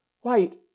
white